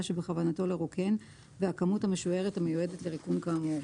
שבכוונתו לרוקן והכמות המשוערת המיועדת לריקון כאמור.